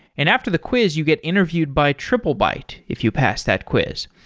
and after the quiz, you get interviewed by triplebyte if you pass that quiz.